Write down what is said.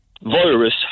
virus